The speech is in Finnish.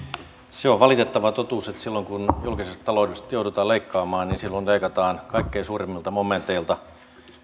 se on valitettava totuus että silloin kun julkisesta taloudesta joudutaan leikkaamaan niin leikataan kaikkein suurimmilta momenteilta